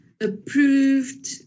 approved